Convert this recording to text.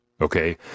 okay